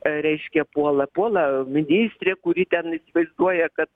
reiškia puola puola ministrė kuri ten vaizduoja kad